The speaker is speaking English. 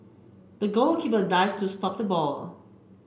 the goalkeeper dived to stop the ball